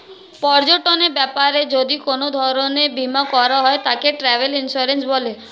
পর্যটনের ব্যাপারে যদি কোন ধরণের বীমা করা হয় তাকে ট্র্যাভেল ইন্সুরেন্স বলে